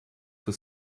for